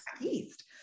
east